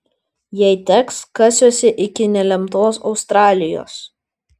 jei teks kasiuosi iki nelemtos australijos